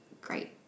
great